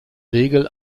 regel